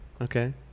Okay